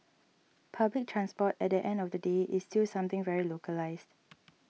public transport at the end of the day is still something very localised